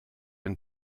den